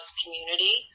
community